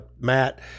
Matt